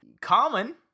common